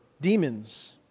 demons